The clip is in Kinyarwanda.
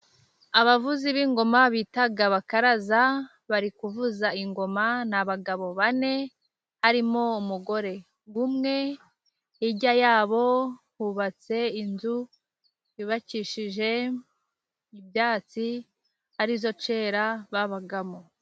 Abavuzi b'ingoma bitaga abakaraza, bari kuvuza ingoma ni abagabo bane, harimo umugore umwe, hirya yabo hubatse inzu yubakishije ibyatsi, arizo kera babagamo.